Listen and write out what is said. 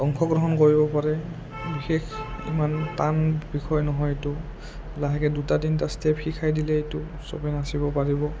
অংশগ্ৰহণ কৰিব পাৰে বিশেষ ইমান টান বিষয় নহয় এইটো লাহেকৈ দুটা তিনিটা ষ্টেপ শিকাই দিলে এইটো চবেই নাচিব পাৰিব